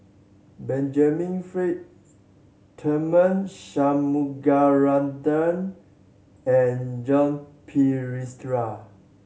Benjamin Frank Tharman Shanmugaratnam and Joan Pereira